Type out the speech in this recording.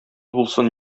булсын